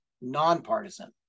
nonpartisan